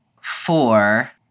four